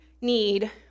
need